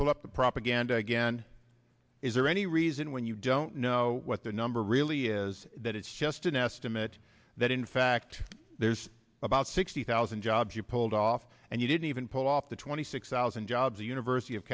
pull up the propaganda again is there any reason when you don't know what the number really is that it's just an estimate that in fact there's about sixty thousand jobs you pulled off and you didn't even pull off the twenty six thousand jobs the university of